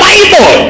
Bible